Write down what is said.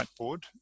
whiteboard